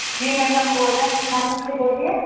जी madam बोल रहे हैं थाने से बोलिए